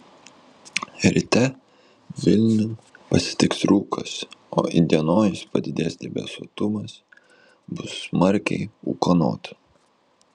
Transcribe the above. ryte vilnių pasitiks rūkas o įdienojus padidės debesuotumas bus smarkiai ūkanota